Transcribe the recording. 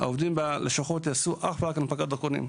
העובדים בלשכות יעשו אך ורק הנפקת דרכונים,